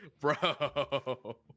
bro